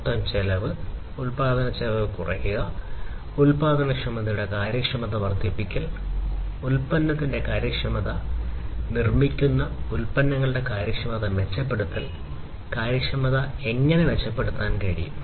മൊത്തം ചെലവ് ഉൽപാദനച്ചെലവ് കുറയ്ക്കുക ഉൽപാദനക്ഷമതയുടെ കാര്യക്ഷമത വർദ്ധിപ്പിക്കൽ ഉൽപന്നത്തിന്റെ കാര്യക്ഷമത നിർമ്മിക്കുന്നത് ഉപരിതലങ്ങളുടെ കാര്യക്ഷമത മെച്ചപ്പെടുത്തൽ ഉൽപാദന പ്രക്രിയകളുടെ കാര്യക്ഷമത എന്നിവ മെച്ചപ്പെടുത്താനും കഴിയും